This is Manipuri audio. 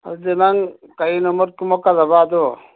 ꯑꯗꯨꯗꯤ ꯅꯪ ꯀꯩ ꯅꯨꯃꯤꯠ ꯀꯨꯝꯃꯛꯀꯗꯕ ꯑꯗꯣ